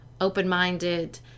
open-minded